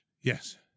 Yes